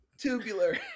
tubular